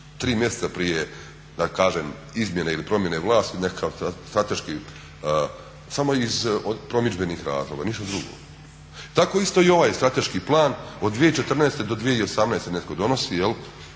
prije da kažem izmjene ili promjene vlasti nekakav strateški? Samo iz promidžbenih razloga, ništa drugo. Tako isto i ovaj strateški plan od 2014. do 2018. netko donosi